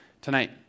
tonight